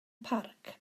parc